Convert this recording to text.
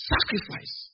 Sacrifice